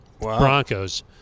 Broncos